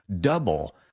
Double